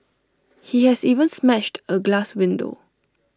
he has even smashed A glass window